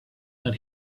that